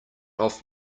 off